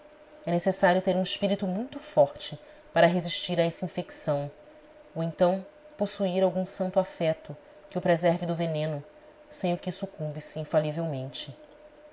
é necessário ter um espírito muito forte para resistir a essa infecção ou então possuir algum santo afeto que o preserve do veneno sem o que sucumbe se infalivelmente